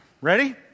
Ready